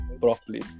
properly